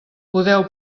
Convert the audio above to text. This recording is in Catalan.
podeu